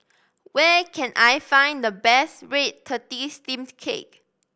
where can I find the best red tortoise steamed cake